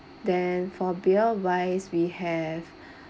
then for beer wise we have